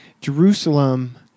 Jerusalem